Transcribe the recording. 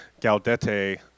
Gaudete